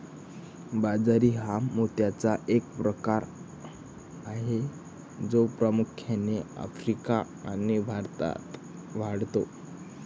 बाजरी हा मोत्याचा एक प्रकार आहे जो प्रामुख्याने आफ्रिका आणि भारतात वाढतो